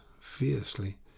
Fiercely